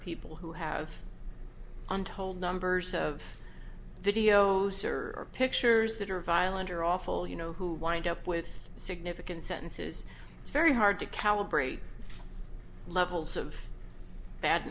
people who have untold numbers of videos are pictures that are violent or awful you know who wind up with significant sentences it's very hard to calibrate levels of bad